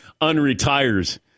unretires